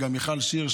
מיכל שיר,